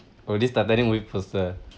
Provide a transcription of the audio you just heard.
oh this titanic movie poster